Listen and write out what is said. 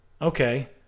Okay